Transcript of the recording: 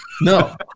No